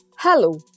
Hello